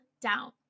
down